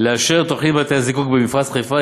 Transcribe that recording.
לאשר את תוכנית בתי-הזיקוק במפרץ-חיפה,